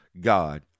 God